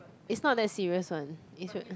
is not that serious one is should